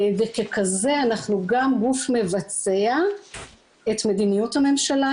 וככזה אנחנו גם גוף מבצע את מדיניות הממשלה,